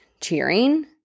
cheering